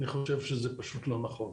זה פשוט לא נכון.